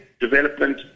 development